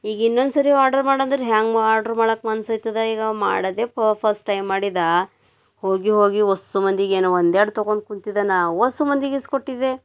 ಈಗ ಇನ್ನೊಂದ್ಸರಿ ಆರ್ಡರ್ ಮಾಡಂದರೆ ಹ್ಯಾಂಗ ಆರ್ಡ್ರ್ ಮಾಡೋಕ್ ಮನಸಾಯ್ತದ ಈಗ ಮಾಡೋದೇ ಫಸ್ಟ್ ಟೈಮ್ ಮಾಡಿದ್ದೆ ಹೋಗಿ ಹೋಗಿ ಒಸ್ ಮಂದಿಗೇನೋ ಒಂದೆರಡು ತೊಗೊಂಡ್ ಕುಂತಿದೆ ನಾ ಒಸ್ ಮಂದಿಗೆ ಏಸ್ ಕೊಟ್ಟಿದೆ